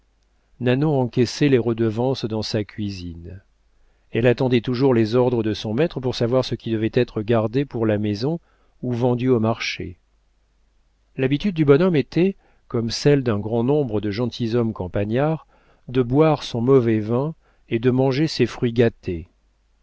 nanon encaissait les redevances dans sa cuisine elle attendait toujours les ordres de son maître pour savoir ce qui devait être gardé pour la maison ou vendu au marché l'habitude du bonhomme était comme celle d'un grand nombre de gentilshommes campagnards de boire son mauvais vin et de manger ses